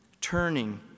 turning